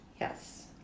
Yes